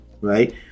right